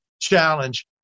challenge